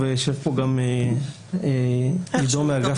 ויושב פה גם עידו מאגף תקציבים שהיה פה